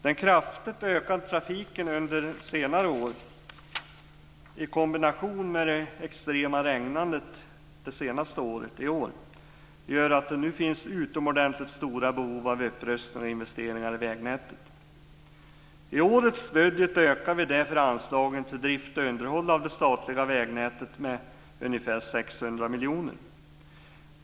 Den kraftigt ökade trafiken under senare år, i kombination med det extrema regnandet i år, gör att det nu finns utomordentligt stora behov av upprustning och investeringar i vägnätet. I årets budget ökar vi därför anslagen till drift och underhåll av det statliga vägnätet med 600 miljoner kronor.